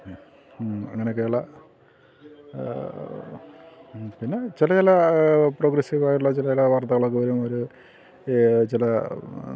അങ്ങനെയൊക്കെയുള്ള പിന്നെ ചില ചില പ്രോഗ്രസീവായിട്ടുള്ള ചില വാർത്തകളൊക്കെ വരും ഒരു ചില